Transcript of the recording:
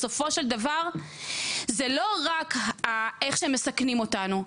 בסופו של דבר זה לא רק איך שמסכנים אותנו.